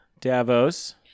Davos